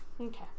Okay